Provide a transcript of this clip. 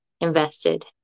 invested